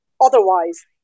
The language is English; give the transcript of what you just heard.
Otherwise